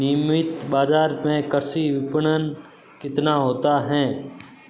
नियमित बाज़ार में कृषि विपणन कितना होता है?